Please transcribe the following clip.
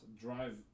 drive